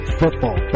football